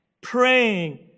praying